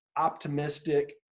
Optimistic